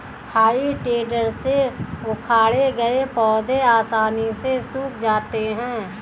हेइ टेडर से उखाड़े गए पौधे आसानी से सूख जाते हैं